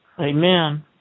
Amen